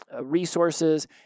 resources